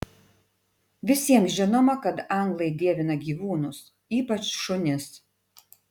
visiems žinoma kad anglai dievina gyvūnus ypač šunis